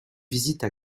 visites